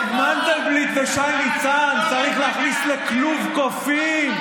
את מנדלבליט ושי ניצן צריך להכניס לכלוב קופים.